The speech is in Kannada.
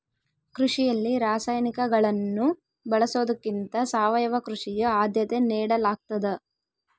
ಕೃಷಿಯಲ್ಲಿ ರಾಸಾಯನಿಕಗಳನ್ನು ಬಳಸೊದಕ್ಕಿಂತ ಸಾವಯವ ಕೃಷಿಗೆ ಆದ್ಯತೆ ನೇಡಲಾಗ್ತದ